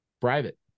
private